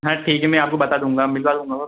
हाँ ठीक है मैं आपको बता दूँगा मिलवा दूँगा बस